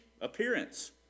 appearance